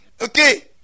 Okay